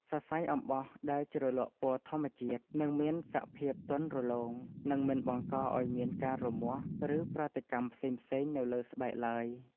សរសៃអំបោះដែលជ្រលក់ពណ៌ធម្មជាតិ នឹងមានសភាពទន់រលោង និង មិនបង្កឱ្យមានការរមាស់ ឬ ប្រតិកម្មផ្សេងៗនៅលើស្បែកឡើយ។